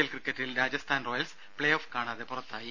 L ക്രിക്കറ്റിൽ Rajasthan Royals playoff കാണാതെ പുറത്തായി